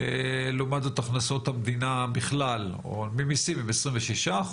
לעומת זאת הכנסות המדינה ממסים הן 26%,